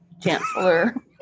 Chancellor